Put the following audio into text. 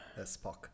Spock